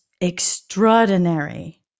extraordinary